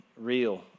real